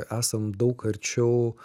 esam daug arčiau